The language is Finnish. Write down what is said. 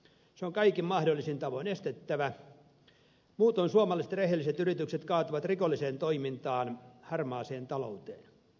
se on kaikin mahdollisin tavoin estettävä muutoin suomalaiset rehelliset yritykset kaatuvat rikolliseen toimintaan harmaaseen talouteen